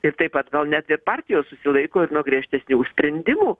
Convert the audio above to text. ir taip pat gal net ir partijos susilaiko ir nuo griežtesnių sprendimų